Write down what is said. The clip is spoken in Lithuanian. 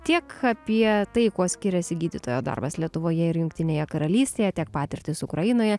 tiek apie tai kuo skiriasi gydytojo darbas lietuvoje ir jungtinėje karalystėje tiek patirtys ukrainoje